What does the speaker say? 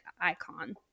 icon